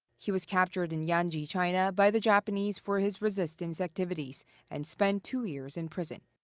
he was captured in yanji, china by the japanese for his resistance activities and spent two years in prison.